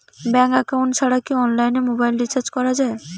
Bank account ছাড়া কি অনলাইনে মোবাইল রিচার্জ করা যায়?